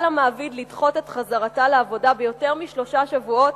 המעביד לדחות את חזרתה לעבודה ביותר משלושה שבועות